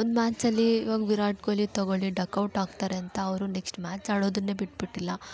ಒಂದು ಮ್ಯಾಚಲ್ಲಿ ಇವಾಗ ವಿರಾಟ್ ಕೊಹ್ಲಿ ತೊಗೊಳ್ಳಿ ಡಕ್ ಔಟ್ ಆಗ್ತಾರೆ ಅಂತ ಅವರು ನೆಕ್ಸ್ಟ್ ಮ್ಯಾಚ್ ಆಡೋದನ್ನೇ ಬಿಟ್ಬಿಟ್ಟಿಲ್ಲ